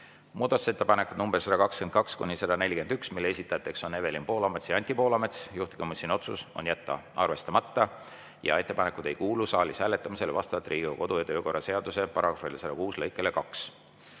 Muudatusettepanekud nr 122–141, mille esitajad on Evelin Poolamets ja Anti Poolamets. Juhtivkomisjoni otsus on jätta arvestamata ja ettepanekud ei kuulu saalis hääletamisele vastavalt Riigikogu kodu‑ ja töökorra seaduse § 106 lõikele 2.